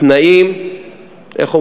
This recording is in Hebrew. שהפכו